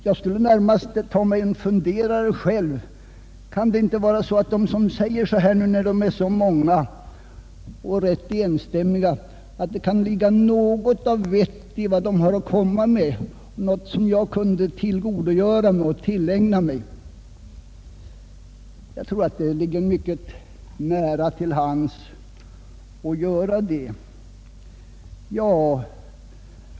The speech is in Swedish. Jag skulle under sådana förhållanden själv ta mig en funderare och fråga mig om det inte, när det nu är så många som enstämmigt säger detta, kan ligga något vettigt i deras påståenden som jag kunde dra lärdom av. Det skulle ligga mycket nära till hands att resonera på detta sätt.